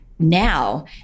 now